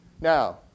Now